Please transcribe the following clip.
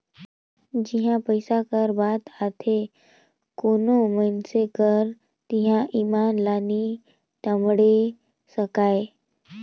जिहां पइसा कर बात आथे कोनो मइनसे कर तिहां ईमान ल नी टमड़े सकाए